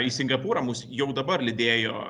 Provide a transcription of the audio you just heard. į singapūrą mus jau dabar lydėjo